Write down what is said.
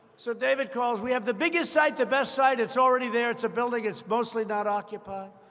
so david calls we have the biggest site, the best site. it's already there. it's a building. it's mostly not occupied.